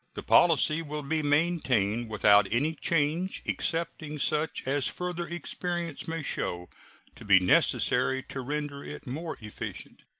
the policy will be maintained without any change excepting such as further experience may show to be necessary to render it more efficient.